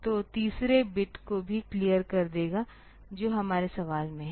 तो तीसरे बिट को भी क्लीयर कर देगा जो हमारे सवाल में है